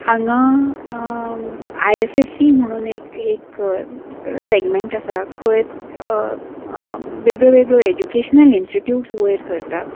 हांगा I F S C म्हणून एक एक सॅगमँट आसा खंय वेगळो वेगळो ऍज्युकेशनल इन्स्टिट्यूट्स वयर सरतात